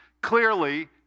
clearly